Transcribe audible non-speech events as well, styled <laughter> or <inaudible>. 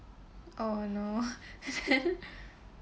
oh no oh <laughs>